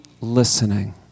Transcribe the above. listening